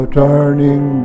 turning